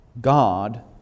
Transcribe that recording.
God